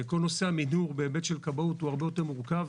כל נושא המידור בהיבט של כבאות הוא הרבה יותר מורכב,